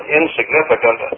insignificant